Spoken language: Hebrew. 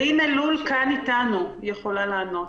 אלין אלול כאן איתנו והיא יכולה לענות.